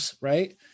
right